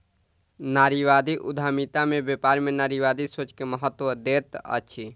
नारीवादी उद्यमिता में व्यापार में नारीवादी सोच के महत्त्व दैत अछि